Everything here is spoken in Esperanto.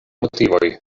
motivoj